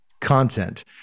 content